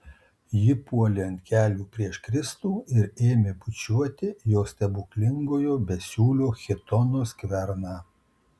ji puolė ant kelių prieš kristų ir ėmė bučiuoti jo stebuklingojo besiūlio chitono skverną